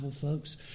folks